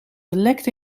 gelekt